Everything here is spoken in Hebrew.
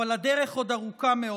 אבל הדרך עוד ארוכה מאוד.